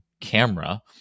camera